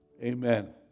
Amen